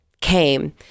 came